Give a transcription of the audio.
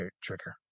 trigger